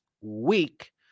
week